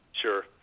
Sure